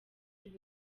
cy’u